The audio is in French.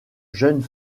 jeunes